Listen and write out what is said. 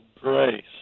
grace